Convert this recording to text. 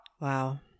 Wow